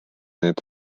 need